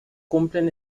cumplen